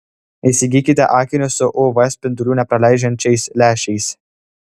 įsigykite akinius su uv spindulių nepraleidžiančiais lęšiais